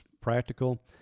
practical